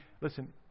listen